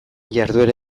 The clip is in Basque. jarduera